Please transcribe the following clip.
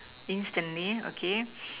instantly okay